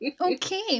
okay